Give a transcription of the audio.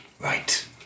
Right